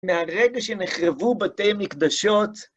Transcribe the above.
‫מהרגע שנחרבו בתי מקדשות.